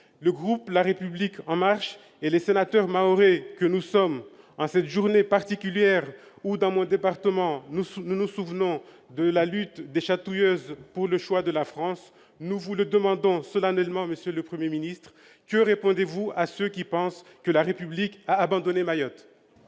le groupe La République En Marche et les sénateurs mahorais, en cette journée particulière où, dans mon département, on se souvient de la lutte des chatouilleuses pour le choix de la France, vous le demandent solennellement : que répondez-vous à ceux qui pensent que la République a abandonné Mayotte ?